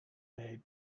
made